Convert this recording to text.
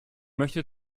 möchte